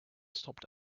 stopped